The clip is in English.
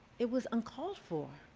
it was uncalled for.